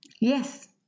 Yes